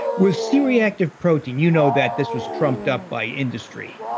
with c-reactive protein, you know that this was trumped up by industry